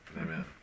Amen